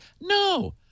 no